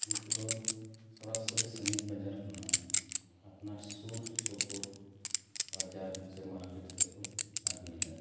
ᱱᱩᱠᱩ ᱫᱚ ᱥᱚᱨᱟ ᱥᱚᱨᱤ ᱥᱟᱺᱜᱤᱧ ᱵᱟᱡᱟᱨ ᱠᱷᱚᱱᱟᱜ ᱟᱯᱱᱟᱨ ᱥᱩᱨ ᱥᱩᱯᱩᱨ ᱵᱟᱡᱟᱨ ᱥᱮ ᱢᱟᱨᱠᱮᱴ ᱛᱮᱠᱚ ᱟᱹᱜᱩᱭᱮᱫᱟ